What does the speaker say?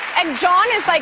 and john is, like,